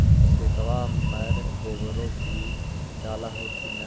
खेतबा मर गोबरो भी डाल होथिन न?